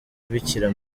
bikira